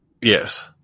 yes